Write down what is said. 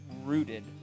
rooted